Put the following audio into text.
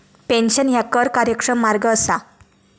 pension ह्या कर कार्यक्षम मार्ग असा